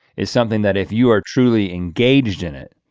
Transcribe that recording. is something that if you are truly engaged in it,